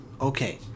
Okay